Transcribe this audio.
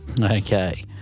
Okay